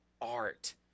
art